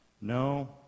No